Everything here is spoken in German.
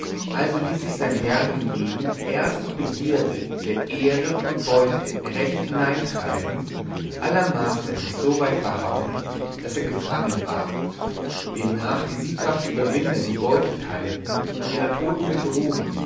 also ließ sich sein herr hingegen erst durch begierde der ehre und beute recht hineintreiben allermaßen er sich so weit verhauen daß er gefangen ward demnach die sieghafte überwinder die beuten teilten und ihre toden begruben